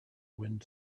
wind